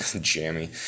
Jammy